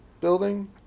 building